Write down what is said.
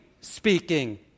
speaking